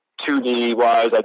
2D-wise